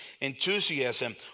enthusiasm